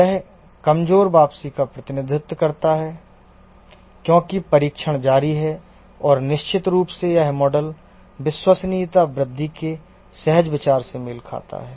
यह कमज़ोर वापसी का प्रतिनिधित्व करता है क्योंकि परीक्षण जारी है और निश्चित रूप से यह मॉडल विश्वसनीयता वृद्धि के सहज विचार से मेल खाता है